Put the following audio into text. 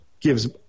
gives